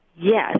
Yes